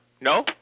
No